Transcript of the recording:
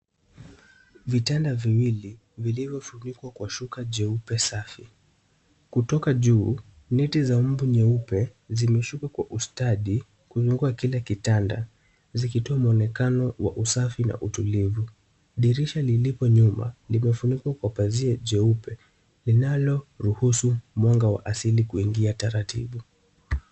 Vitanda viwili vilivyo funikwa kwa shuka jeupe safi. Kutoka juu neti za mbuu nyeupe zimeshuka kwa ustadi kuinuka kila kitanda ziki toa muonekano wa usafi na utulivu. Dirisha lilipo nyuma limefunikwa kwa pazia jeupe linalo ruhusu mwanga wa asili kuingia taratibu.